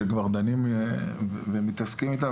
זו סוגיה שכבר דנים ומתעסקים איתה,